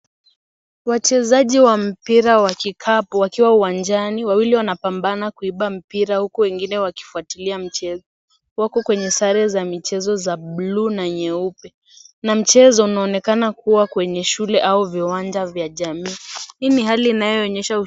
Wachezaji wa mpira wa kikapu wakiwa uwanjani. Wawili wanapambana kuiba mpira huku wengine wakifuatilia mchezo. Wako kwenye sare za michezo za buluu na nyeupe na mchezo unaonekana kuwa kwenye shule au viwanja vya jamii. Hii ni hali inayoonyesha...